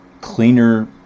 cleaner